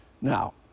Now